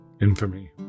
infamy